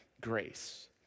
grace